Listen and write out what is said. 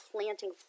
planting